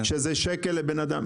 שזה שקל לבן אדם.